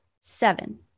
seven